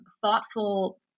thoughtful